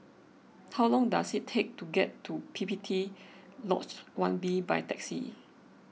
how long does it take to get to P P T Lodge one B by taxi